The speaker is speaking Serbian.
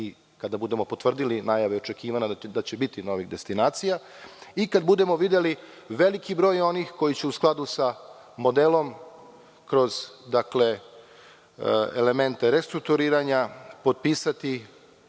i kada budemo potvrdili najave očekivanja da će biti novih destinacija i kada budemo videli veliki broj onih koji će u skladu sa modelom kroz elemente restrukturiranja potpisati